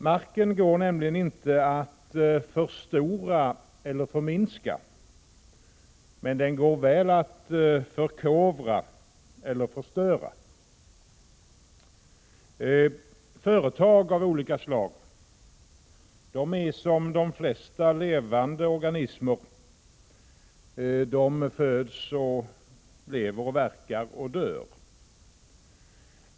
Marken går nämligen inte att förstora eller förminska. Men den går väl att förkovra eller förstöra. Företag av olika slag är som de flesta levande organismer: de föds, lever, verkar och dör.